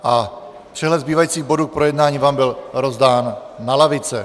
Přehled zbývajících bodů k projednání vám byl rozdán na lavice.